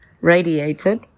radiated